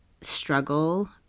struggle